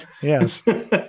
Yes